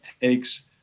takes